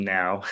now